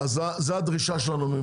זאת הדרישה שלנו.